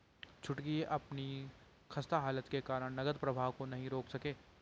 छुटकी अपनी खस्ता हालत के कारण नगद प्रवाह को नहीं रोक सके